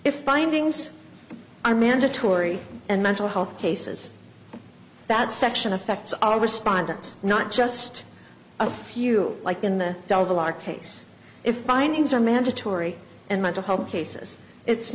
if findings are mandatory and mental health cases that section affects all respondents not just a few like in the double our case if findings are mandatory and meant to help cases it's